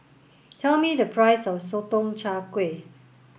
tell me the price of Sotong Char Kway